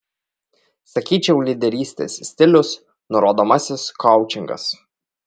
sakyčiau lyderystės stilius nurodomasis koučingas